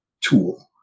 tool